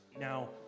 Now